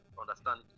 understand